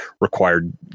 required